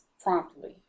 promptly